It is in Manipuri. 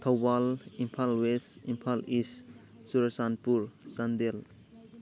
Thoubal Imphal west Imphal east Churachandpur Chandel